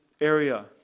area